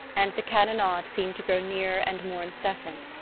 and the cannonade seemed to grow nearer and more incessant.